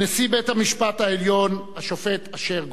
נשיא בית-המשפט העליון, השופט אשר גרוניס,